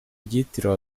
ryitiriwe